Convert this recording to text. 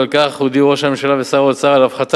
ועל כן הודיעו ראש הממשלה ושר האוצר על הפחתה